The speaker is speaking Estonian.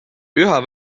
üha